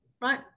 Right